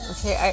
Okay